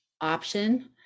option